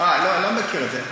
לא מכיר את זה.